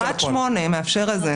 רק 8 מאפשר את זה.